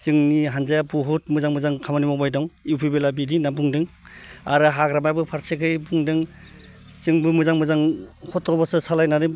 जोंनि हानजाया बहुद मोजां मोजां खामानि मावबाय दं इउ पि पि एल आ बिदि होनना बुंदों आरो हाग्रामायाबो फारसेथिं बुंदों जोंबो मोजां मोजां सथ्र' बोसोर सालायनानै